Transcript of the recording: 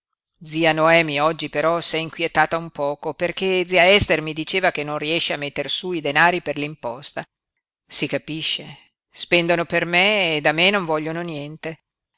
zia noemi oggi però s'è inquietata un poco perché zia ester mi diceva che non riesce a metter su i denari per l'imposta si capisce spendono per me e da me non vogliono niente